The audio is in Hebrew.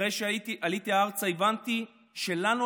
אחרי שעליתי ארצה הבנתי שלנו,